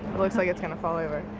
looks like it's going to fall over.